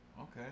Okay